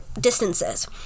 distances